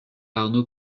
arno